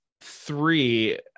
three